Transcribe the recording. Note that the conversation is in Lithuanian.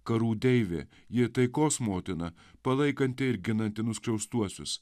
karų deivė ji taikos motina palaikanti ir ginanti nuskriaustuosius